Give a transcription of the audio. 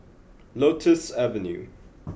Lotus Avenue